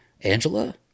Angela